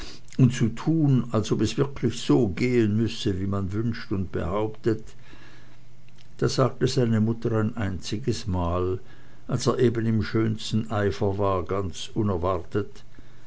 und zu tun als ob es wirklich so gehen müsse wie man wünscht und behauptet da sagte seine mutter ein einziges mal als er eben im schönsten eifer war ganz unerwartet